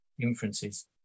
inferences